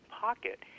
pocket